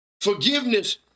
forgiveness